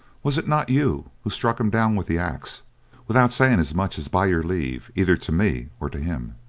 was it not you who struck him down with the axe without saying as much as by your leave either to me or to him?